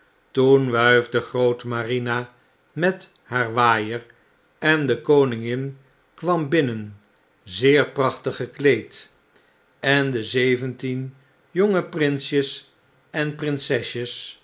toen wuifde gfrootmarina met haar waaier en de koningin kwam binnen zeer prachtig gekleed en de zeventien jonge prinsjes en prinsesjes